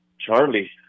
Charlie